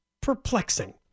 perplexing